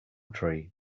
tree